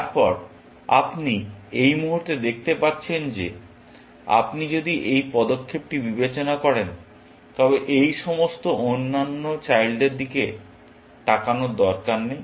তারপর আপনি এই মুহুর্তে দেখতে পাচ্ছেন যে আপনি যদি এই পদক্ষেপটি বিবেচনা করেন তবে এই সমস্ত অন্যান্য চাইল্ডদের দিকে তাকানোর দরকার নেই